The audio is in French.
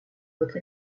votre